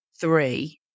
three